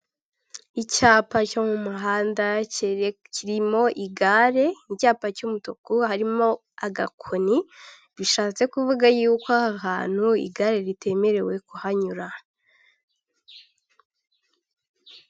Icyapa cyo mu muhanda, kirimo igare, icyapa cy'umutuku harimo agakoni, bishatse kuvuga yuko aho hantu igare ritemerewe kuhanyura.